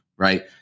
right